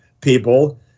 people